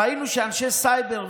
ראינו שאנשי סייבר,